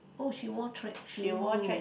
oh she wore track shoes